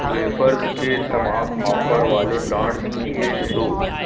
wafers کے تمام offer والے برانڈز کی لیسٹ دو